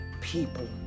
people